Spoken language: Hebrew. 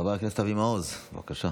חבר הכנסת אבי מעוז, בבקשה.